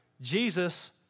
Jesus